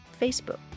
Facebook